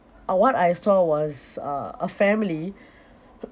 uh what I saw was uh a family